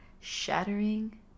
shattering